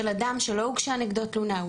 של אדם שלא הוגשה נגדו תלונה,